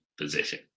position